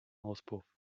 auspuff